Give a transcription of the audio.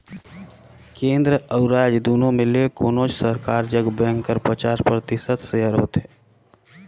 केन्द्र अउ राएज दुनो में ले कोनोच सरकार जग बेंक कर पचास परतिसत सेयर होथे